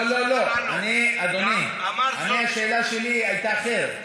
לא, לא, לא, אדוני, השאלה שלי הייתה אחרת.